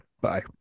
Bye